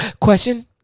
question